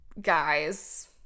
guys